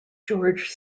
george